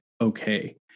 okay